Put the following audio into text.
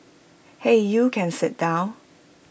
hey you can sit down